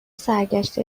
سرگشته